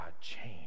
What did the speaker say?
change